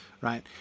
right